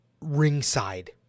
ringside